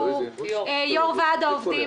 שהוא יושב-ראש ועד העובדים.